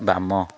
ବାମ